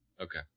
okay